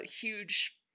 huge